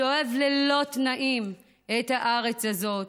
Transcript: שאוהב ללא תנאים את הארץ הזאת,